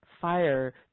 fire